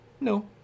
No